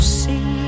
see